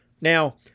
Now